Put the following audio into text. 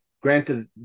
granted